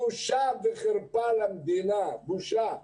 בושה וחרפה למדינה, בושה.